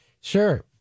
Sure